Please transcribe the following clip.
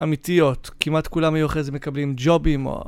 אמיתיות, כמעט כולם מיוחדים מקבלים ג'ובים או...